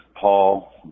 Paul